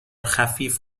خفیف